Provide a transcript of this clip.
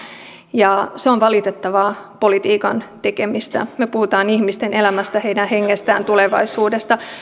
ja se on valitettavaa politiikan tekemistä me puhumme ihmisten elämästä heidän hengestään tulevaisuudestaan